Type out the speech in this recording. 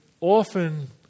often